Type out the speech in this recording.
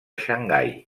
xangai